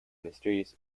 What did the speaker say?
mysterious